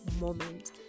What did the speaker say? moment